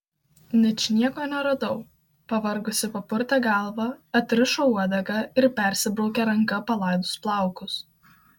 ničnieko neradau pavargusi papurtė galvą atrišo uodegą ir persibraukė ranka palaidus plaukus